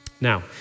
Now